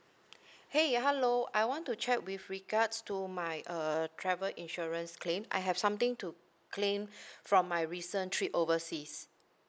!hey! hello I want to check with regards to my uh travel insurance claim I have something to claim from my recent trip overseas